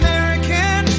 American